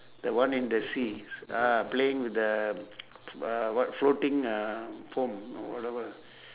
the one in the sea s~ uh playing with the uh what floating uh foam or whatever